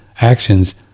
actions